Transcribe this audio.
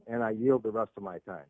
and the rest of my time